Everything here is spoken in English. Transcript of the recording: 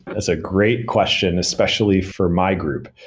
that's a great question, especially for my group.